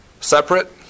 Separate